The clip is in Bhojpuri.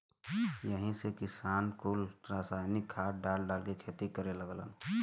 यही से किसान कुल रासायनिक खाद डाल डाल के खेती करे लगलन